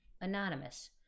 anonymous